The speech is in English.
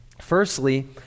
Firstly